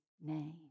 name